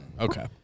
Okay